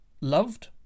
loved